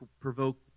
provoke